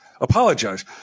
Apologize